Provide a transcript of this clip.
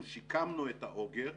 אנחנו שיקמנו את האוגר,